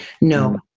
No